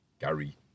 Gary